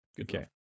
okay